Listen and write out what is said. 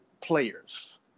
players